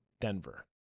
denver